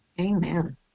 Amen